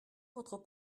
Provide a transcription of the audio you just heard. votre